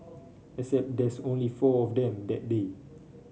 except there's only four of them that day